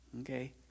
Okay